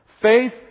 Faith